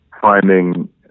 finding